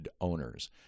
owners